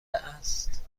است